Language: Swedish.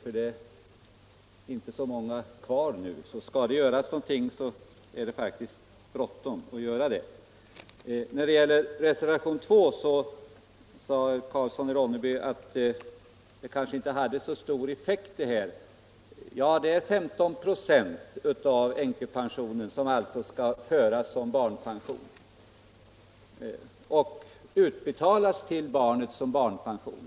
Det är inte så många kvar nu. Om det därför skall göras något, så är det faktiskt bråttom. När det gäller reservationen 2 sade herr Karlsson i Ronneby att den ändring av lagen om allmän försäkring som reservanterna föreslår kanske inte skulle ha så stor effekt. Ja, det är 15 96 av änkepensionen som vi föreslår skall föras upp som och utbetalas till barnet som barnpension.